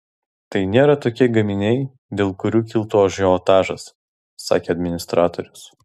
tai nėra tokie gaminiai dėl kurių kiltų ažiotažas sakė administratorius